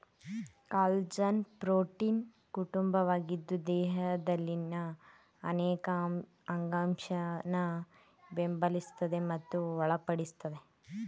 collagen ಪ್ರೋಟೀನ್ನ ಕುಟುಂಬವಾಗಿದ್ದು ದೇಹದಲ್ಲಿನ ಅನೇಕ ಅಂಗಾಂಶನ ಬೆಂಬಲಿಸ್ತದೆ ಮತ್ತು ಬಲಪಡಿಸ್ತದೆ